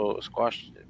Squash